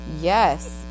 Yes